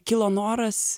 kilo noras